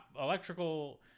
electrical